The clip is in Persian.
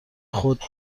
خود